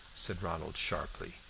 said ronald sharply,